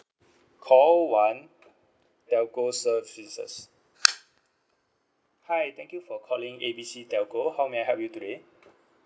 call one telco services hi thank you for calling A B C telco how may I help you today